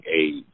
age